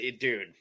dude